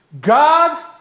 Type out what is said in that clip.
God